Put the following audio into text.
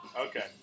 Okay